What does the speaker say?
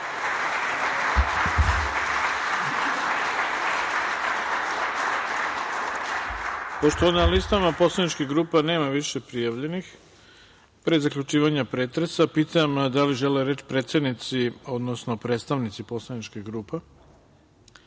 Hvala. Pošto na listama poslaničkih grupa nema više prijavljenih, pre zaključivanja pretresa pitam da li žele reč predsednici, odnosno predstavnici poslaničkih grupa